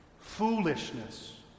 foolishness